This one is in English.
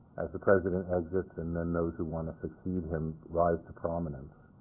as the president exits and then those who want to succeed him rise to prominence,